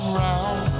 round